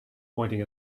pointing